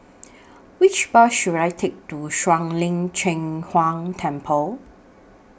Which Bus should I Take to Shuang Lin Cheng Huang Temple